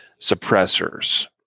suppressors